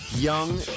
Young